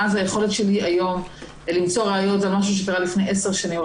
ואז היכולת שלי היום למצוא ראיות לדבר שקרה לפני עשר שנים,